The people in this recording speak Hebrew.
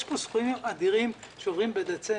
יש פה סכומים אדירים שעוברים בדצמבר.